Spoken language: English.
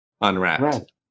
unwrapped